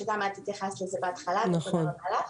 שגם את התייחסת לזה בהתחלה ואני מודה לך.